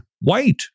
white